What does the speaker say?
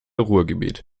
ruhrgebiet